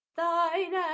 thine